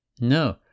no